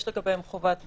יש לגביהם חובת בידוד.